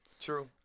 True